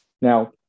Now